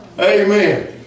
Amen